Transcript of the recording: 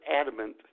adamant